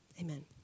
Amen